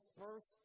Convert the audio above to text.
first